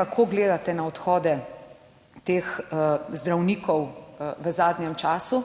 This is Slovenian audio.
Kako gledate na odhode zdravnikov v zadnjem času?